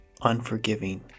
unforgiving